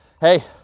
hey